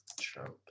trump